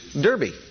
Derby